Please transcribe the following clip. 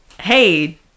Hey